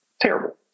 terrible